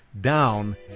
down